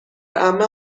عمه